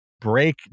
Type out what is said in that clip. break